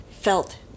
felt